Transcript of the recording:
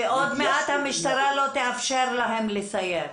שעוד מעט המשטרה לא תאפשר להם לסייר.